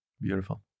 Beautiful